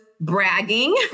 bragging